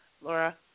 Laura